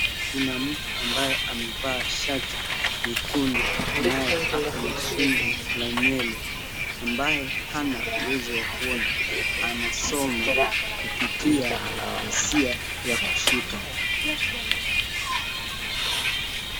Kuna mtu ambaye amevaa shati nyekundu naye ako na shungi la nywele, ambaye hana uwezo wa kuona, anasoma kupitia hisia ya kushika.